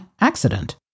accident